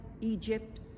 Egypt